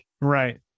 Right